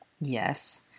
Yes